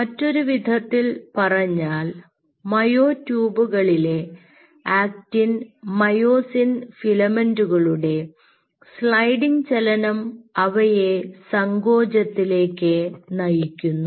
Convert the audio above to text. മറ്റൊരു വിധത്തിൽ പറഞ്ഞാൽ മയോ ട്യൂബുകളിലെ ആക്റ്റിൻ മയോസിൻ ഫിലമെന്റുകളുടെ സ്ലൈഡിംഗ് ചലനം അവയെ സങ്കോചത്തിലേക്ക് നയിക്കുന്നു